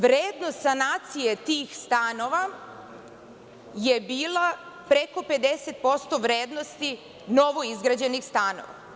Vrednost sanacije tih stanova je bila preko 50% vrednosti novoizgrađenih stanova.